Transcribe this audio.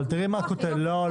רק מכוח --- לא,